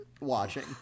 watching